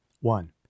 One